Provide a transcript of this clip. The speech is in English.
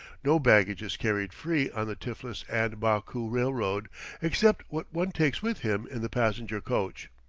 no baggage is carried free on the tiflis and baku railroad except what one takes with him in the passenger coach.